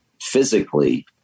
physically